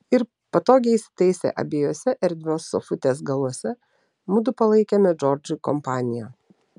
ir patogiai įsitaisę abiejuose erdvios sofutės galuose mudu palaikėme džordžui kompaniją